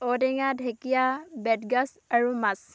ঔটেঙা ঢেঁকীয়া বেত গাঁজ আৰু মাছ